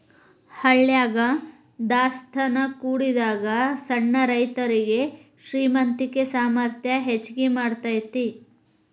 ಹಳ್ಯಾಗ ದಾಸ್ತಾನಾ ಕೂಡಿಡಾಗ ಸಣ್ಣ ರೈತರುಗೆ ಶ್ರೇಮಂತಿಕೆ ಸಾಮರ್ಥ್ಯ ಹೆಚ್ಗಿ ಮಾಡತೈತಿ